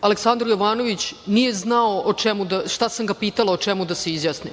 Aleksandar Jovanović nije znao o čemu i šta sam ga pitala o čemu da se izjasni,